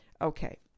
Okay